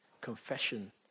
confession